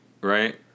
right